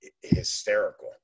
hysterical